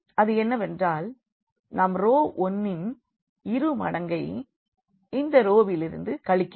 அது என்னவென்றால் நாம் ரோ 1 ன் இரு மடங்கை இந்த ரோ விலிருந்து கழிக்க வேண்டும்